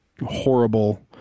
horrible